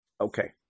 Okay